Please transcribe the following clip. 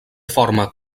forma